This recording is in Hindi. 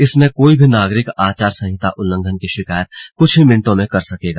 इसमें कोई भी नागरिक आचार संहिता उल्लंघन की शिकायत कुछ ही मिनटों में कर सकेगा